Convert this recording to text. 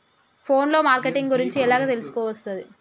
Phone లో marketing గురించి ఎలా తెలుసుకోవస్తది?